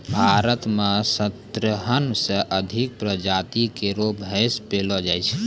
भारत म सत्रह सें अधिक प्रजाति केरो भैंस पैलो जाय छै